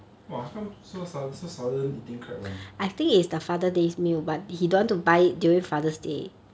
!wah! how come so sudd~ so sudden eating crab [one]